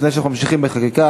לפני שאנחנו ממשיכים בחקיקה,